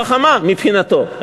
חכמה מבחינתו,